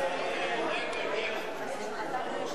רע"ם-תע"ל חד"ש